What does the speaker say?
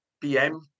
pm